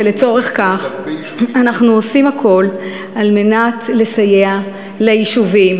ולצורך כך אנחנו עושים הכול על מנת לסייע ליישובים,